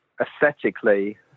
aesthetically